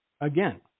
again